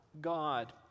god